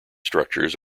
structures